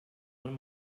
man